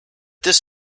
this